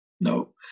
No